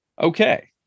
Okay